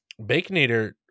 Baconator